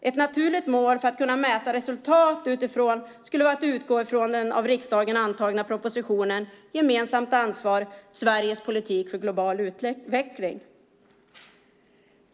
Ett naturligt sätt att mäta resultat skulle kunna vara att utgå från den av riksdagen antagna propositionen Gemensamt ansvar - Sveriges politik för global utveckling .